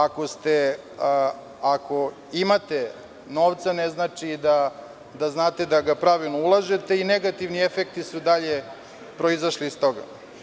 Ako imate novca ne znači da znate da ga pravilno ulažete i negativni efekti su dalje proizašli iz toga.